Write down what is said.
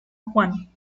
juan